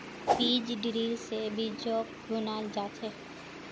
बीज ड्रिल से बीजक बुनाल जा छे